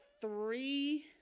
three